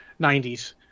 90s